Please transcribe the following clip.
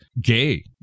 gay